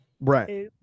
Right